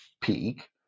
peak